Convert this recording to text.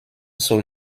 soll